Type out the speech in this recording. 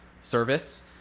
service